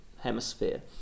hemisphere